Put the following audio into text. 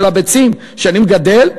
של הביצים שאני מגדל,